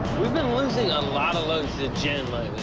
we've been losing a lot loads to jen lately.